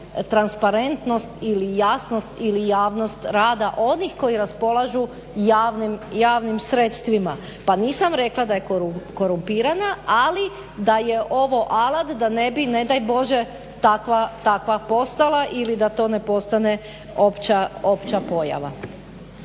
transparentnost ili jasnost, ili javnost rada onih koji raspolažu javnim sredstvima pa nisam rekla da je korumpirana ali da je ovo alat da ne bi ne daj Bože takva postala ili da to ne postane opća pojava.